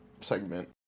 segment